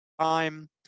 time